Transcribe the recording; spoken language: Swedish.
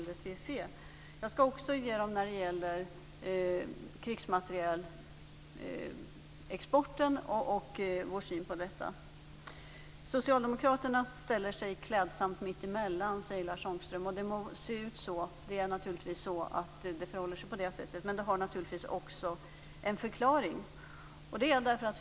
Men jag skall också förklara hur vi ser på krigsmaterielexporten. Socialdemokraterna ställer sig klädsamt mittemellan, säger Lars Ångström. Det må förhålla sig på det sättet, men det har naturligtvis sin förklaring.